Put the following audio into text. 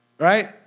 right